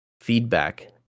feedback